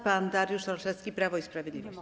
Pan Dariusz Olszewski, Prawo i Sprawiedliwość.